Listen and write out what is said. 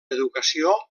educació